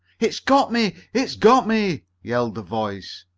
it's got me! it's got me! yelled the voice.